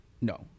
no